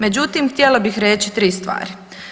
Međutim, htjela bih reći 3 stvari.